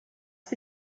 für